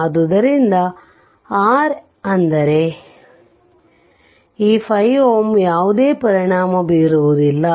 ಆದ್ದರಿಂದ R ಅಂದರೆ ಈ 5Ω ಯಾವುದೇ ಪರಿಣಾಮ ಬೀರುವುದಿಲ್ಲ